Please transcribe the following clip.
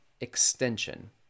extension